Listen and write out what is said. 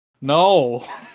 No